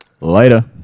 Later